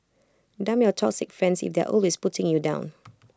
dump your toxic friends if they're always putting you down